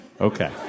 Okay